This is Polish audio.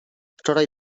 wczoraj